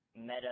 meta